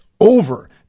Over